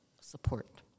support